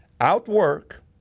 outwork